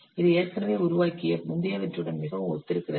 இது ஏற்கனவே உருவாக்கிய முந்தையவற்றுடன் மிகவும் ஒத்திருக்கிறது